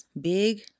big